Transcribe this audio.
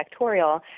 factorial